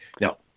Now